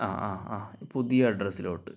ആ ആ ആ പുതിയ അഡ്രസ്സ് ലോട്ട്